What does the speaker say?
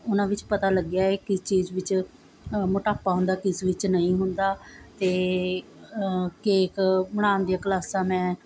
ਉਹਨਾਂ ਵਿੱਚ ਪਤਾ ਲੱਗਿਆ ਹੈ ਕਿਸ ਚੀਜ਼ ਵਿੱਚ ਮੋਟਾਪਾ ਹੁੰਦਾ ਕਿਸ ਵਿਚ ਨਹੀਂ ਹੁੰਦਾ ਅਤੇ ਕੇਕ ਬਣਾਉਣ ਦੀਆਂ ਕਲਾਸਾਂ ਮੈਂ